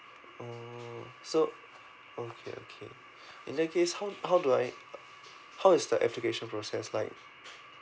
oh so okay okay in that case how how do I uh how is the application process like